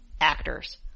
actors